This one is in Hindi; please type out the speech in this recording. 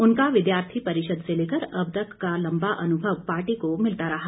उनका विद्यार्थी परिषद से लेकर अब तक का लम्बा अनुभव पार्टी को मिलता रहा